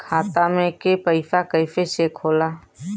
खाता में के पैसा कैसे चेक होला?